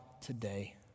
today